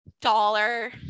dollar